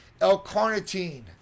l-carnitine